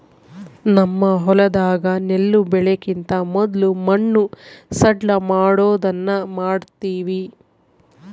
ನಮ್ಮ ಹೊಲದಾಗ ನೆಲ್ಲು ಬೆಳೆಕಿಂತ ಮೊದ್ಲು ಮಣ್ಣು ಸಡ್ಲಮಾಡೊದನ್ನ ಮಾಡ್ತವಿ